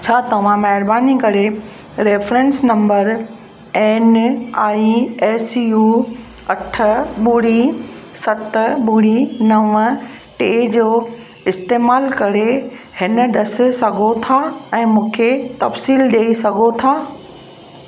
छा तव्हां महिरबानी करे reference number N I S U अठ ॿुड़ी सत ॿुड़ी नव टे जो इस्तेमालु करे हिन डस सघो था ऐं मूंखे तफ़सील ॾेई सघो था